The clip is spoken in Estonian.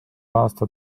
aasta